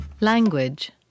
Language